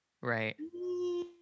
Right